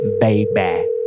baby